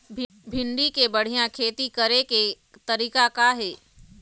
भिंडी के बढ़िया खेती करे के तरीका का हे?